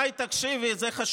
מאי, מאי, מאי, תקשיבי, זה חשוב.